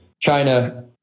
China